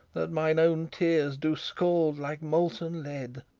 that mine own tears do scald like molten lead.